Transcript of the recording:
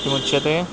किमुच्यते